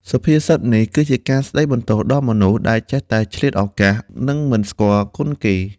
សុភាសិតនេះគឺជាការស្ដីបន្ទោសដល់មនុស្សដែលចេះតែឆ្លៀតឱកាស និងមិនស្គាល់គុណគេ។